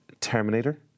Terminator